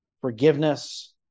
forgiveness